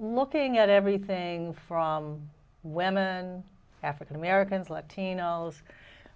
looking at everything from women african americans latinos